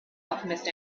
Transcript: alchemist